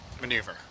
maneuver